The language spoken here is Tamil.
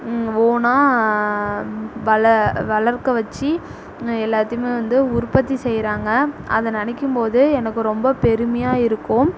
ஓன்னாக வள வளர்க்க வச்சு எல்லாத்தையுமே வந்து உற்பத்தி செய்கிறாங்க அதை நினைக்கும் போது எனக்கு ரொம்ப பெருமையாக இருக்கும்